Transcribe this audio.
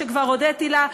וכבר הודיתי לה,